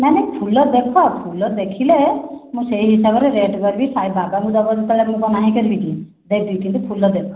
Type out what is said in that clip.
ନାଇ ନାଇ ଫୁଲ ଦେଖ ଫୁଲ ଦେଖିଲେ ମୁଁ ସେଇ ହିସାବରେ ରେଟ୍ କରିବି ସାଇ ବାବାଙ୍କୁ ଦବ ଯେତେବେଳେ ମୁଁ କଣ ନାହିଁ କରିବିକି ଦେବି କିନ୍ତୁ ଫୁଲ ଦେଖ